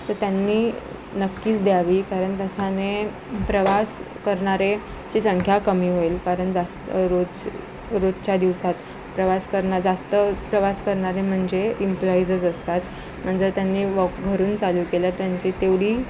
तर त्यांनी नक्कीच द्यावी कारण त्याच्याने प्रवास करणाऱ्यांची संख्या कमी होईल कारण जास्त रोज रोजच्या दिवसात प्रवास करना जास्त प्रवास करणारे म्हणजे इम्प्लॉइजच असतात जर त्यांनी व घरून चालू केलं त्यांची तेवढी